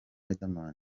riderman